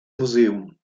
museum